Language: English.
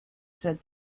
said